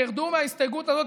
רדו מההסתייגות הזאת,